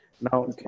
Now